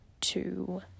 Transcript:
two